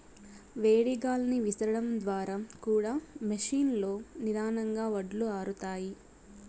వేడి గాలిని విసరడం ద్వారా కూడా మెషీన్ లో నిదానంగా వడ్లు ఆరుతాయి